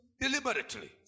deliberately